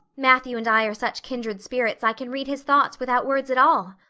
matthew and i are such kindred spirits i can read his thoughts without words at all.